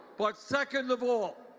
but second of all,